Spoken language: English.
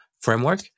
framework